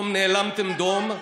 פתאום נאלמתם דום,